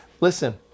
Listen